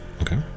Okay